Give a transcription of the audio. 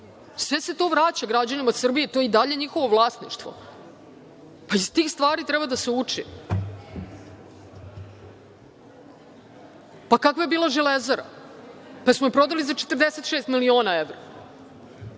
sve se to vraća građanima Srbije, to je i dalje njihovo vlasništvo. Pa, iz tih stvari treba da se uči. Pa, kakva je bila Železara? Pa, da li smo je prodali za 46 miliona evra?